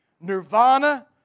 nirvana